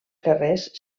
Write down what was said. carrers